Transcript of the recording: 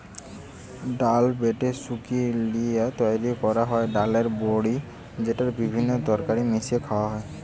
ডাল বেটে শুকি লিয়ে তৈরি কোরা হয় ডালের বড়ি যেটা বিভিন্ন তরকারিতে মিশিয়ে খায়া হয়